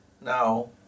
Now